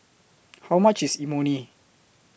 How much IS Imoni